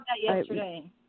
yesterday